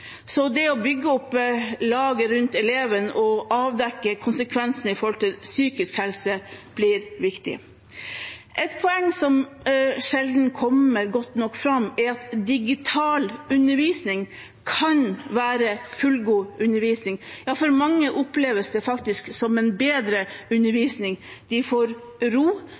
Så det å bygge opp laget rundt eleven og avdekke konsekvensene omkring psykisk helse, blir viktig. Et poeng som sjelden kommer godt nok fram, er at digital undervisning kan være fullgod undervisning. Ja, for mange oppleves det faktisk som en bedre undervisning. De får ro,